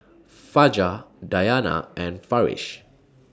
Fajar Dayana and Farish